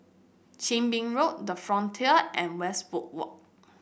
Chin Bee Road the Frontier and Westwood Walk